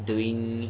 doing